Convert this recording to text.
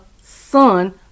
son